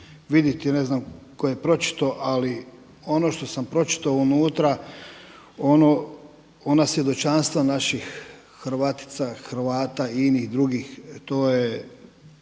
ne znam tko je pročitao, ali ono što sam pročitao unutra, ona svjedočanstva naših Hrvatica, Hrvata, inih, drugih, to je